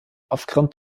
aufgrund